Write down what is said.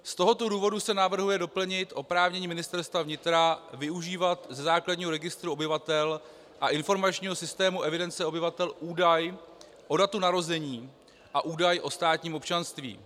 Z toho důvodu se navrhuje doplnit oprávnění Ministerstva vnitra využívat ze základního registru obyvatel a informačního systému evidence obyvatel údaj o datu narození a údaj o státním občanství.